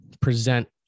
present